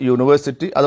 University